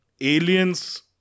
Aliens